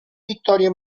vittorie